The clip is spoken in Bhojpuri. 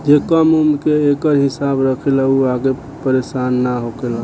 जे कम उम्र से एकर हिसाब रखेला उ आगे परेसान ना होखेला